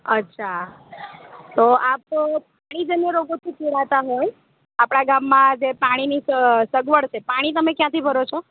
અચ્છા તો આપ પાણીજન્ય રોગોથી ઘેરાતા હોય આપના ગામમાં જે પાણીની સ સગવડ છે પાણી તમે ક્યાંથી ભરો છો